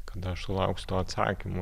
kad aš lauksiu to atsakymo